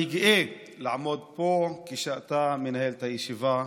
אני גאה לעמוד פה כשאתה מנהל את הישיבה.